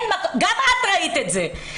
גם את ראית את זה.